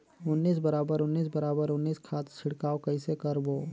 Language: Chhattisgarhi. उन्नीस बराबर उन्नीस बराबर उन्नीस खाद छिड़काव कइसे करबो?